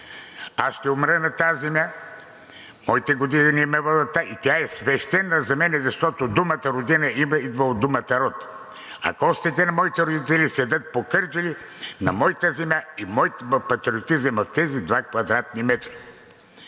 Аз ще умра на тази земя, моите години ме водят натам, и тя е свещена за мен, защото думата родина идва от думата род, а костите на моите родители седят по Кърджали, на моята земя мой патриотизъм, от тези два квадратни метра.